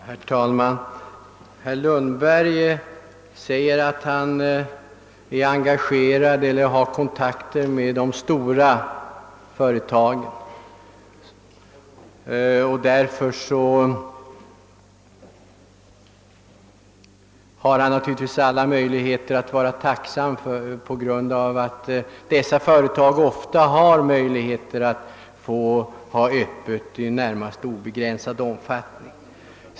Herr talman! Herr Lundberg sade att han har vissa kontakter med de stora företagen inom handeln. Dessa företag har som bekant möjligheter att ha öppet i i det närmaste obegränsad omfattning.